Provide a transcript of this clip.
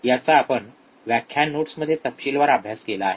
याचा आपण व्याख्यान नोट्समध्ये तपशीलवार अभ्यास केला आहे